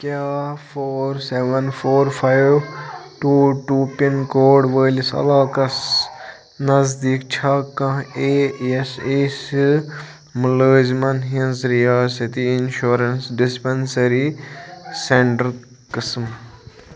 کیٛاہ four seven four five two two pin code وٲلِس علاقس نزدیٖک چھا کانٛہہ اے اٮ۪س اے سی مُلٲزمن ہِنٛز رِیاسٔتی اِنشورَنٕس ڈِسپَنسٔری سٮ۪نٛٹَر قٕسم